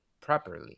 properly